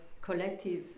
collective